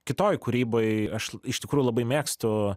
kitoj kūryboj aš iš tikrųjų labai mėgstu